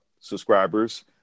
subscribers